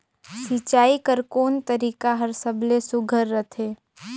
सिंचाई कर कोन तरीका हर सबले सुघ्घर रथे?